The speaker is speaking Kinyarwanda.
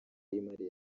y’imari